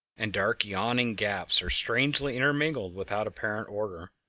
and dark yawning gaps are strangely intermingled without apparent order.